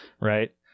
Right